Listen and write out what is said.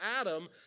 Adam